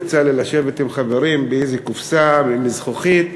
יצא לי לשבת עם חברים באיזה קופסה מזכוכית,